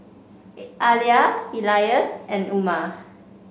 Alya Elyas and Umar